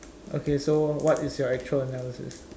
okay so what is your actual analysis